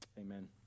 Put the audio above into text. amen